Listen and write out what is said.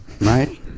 Right